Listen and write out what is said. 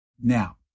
Now